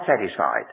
satisfied